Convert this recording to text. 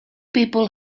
people